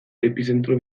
epizentro